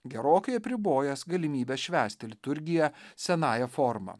gerokai apribojęs galimybę švęsti liturgiją senąja forma